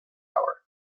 power